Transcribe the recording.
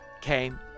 came